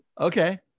okay